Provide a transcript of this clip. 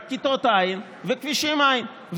רק כיתות אין וכבישים אין.